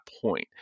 point